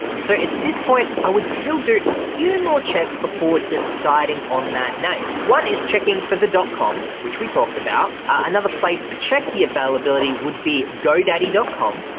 so at this point, i would still do a few more checks before deciding on that name. one is checking for the ah com, which we talked about, another place to check the availability would be godaddy com,